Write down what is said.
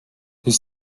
his